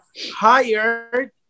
hired